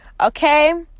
Okay